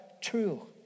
true